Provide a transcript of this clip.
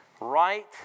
right